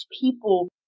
people